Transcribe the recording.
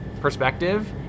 perspective